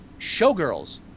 Showgirls